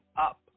up